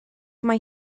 mae